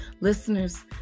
Listeners